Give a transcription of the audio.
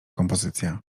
kompozycja